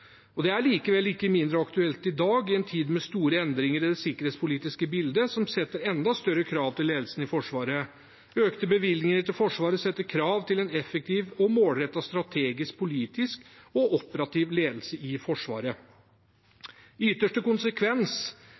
opp. Det er likevel ikke mindre aktuelt i dag, i en tid med store endringer i det sikkerhetspolitiske bildet som stiller enda større krav til ledelsen i Forsvaret. Økte bevilgninger til Forsvaret stiller krav til en effektiv og målrettet strategisk-politisk og operativ ledelse i Forsvaret. I ytterste konsekvens